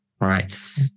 Right